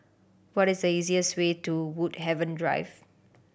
what is the easiest way to Woodhaven Drive